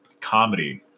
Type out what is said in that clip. Comedy